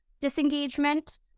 disengagement